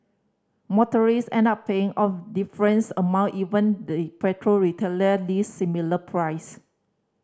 motorist end up paying of difference amount even the petrol retailer list similar price